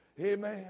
Amen